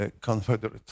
confederate